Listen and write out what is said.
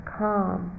calm